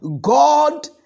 God